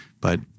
but-